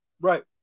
Right